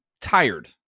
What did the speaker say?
tired